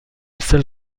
seule